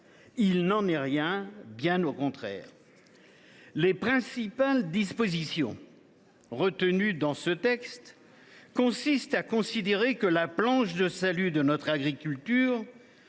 Il n’en est rien ; bien au contraire ! Les principales dispositions retenues dans ce texte consistent à considérer que la planche de salut de notre agriculture